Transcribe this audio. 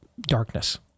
darkness